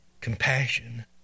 compassion